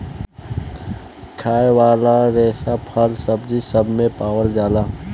खाए वाला रेसा फल, सब्जी सब मे पावल जाला